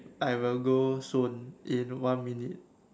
I will go soon in one minute